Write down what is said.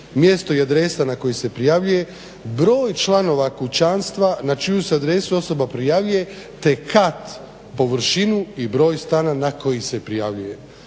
mjesto i adresa na koju se prijavljuje, broj članova kućanstva na čiju se adresu osoba prijavljuje, te kat, površinu i broj stana na koji se prijavljuje,